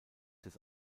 des